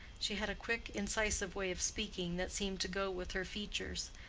she had a quick, incisive way of speaking that seemed to go with her features,